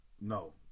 no